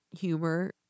humor